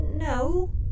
No